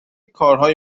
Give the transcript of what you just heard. کارهای